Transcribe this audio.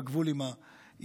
בגבול עם הבריטי.